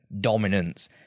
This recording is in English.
dominance